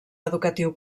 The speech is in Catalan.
educatiu